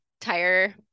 tire